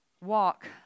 Walk